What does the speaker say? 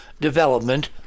development